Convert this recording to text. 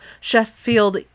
Sheffield